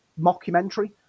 mockumentary